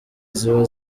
ziba